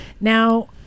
now